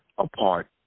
Apart